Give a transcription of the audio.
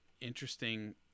Interesting